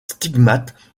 stigmates